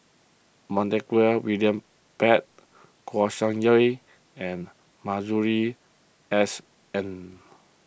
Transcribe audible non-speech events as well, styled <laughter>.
Montague William Pett Kouo Shang <unintelligible> and Masuri S N